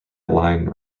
line